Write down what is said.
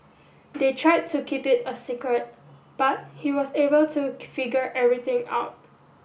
they tried to keep it a secret but he was able to figure everything out